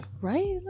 Right